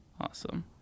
Awesome